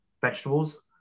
vegetables